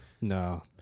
No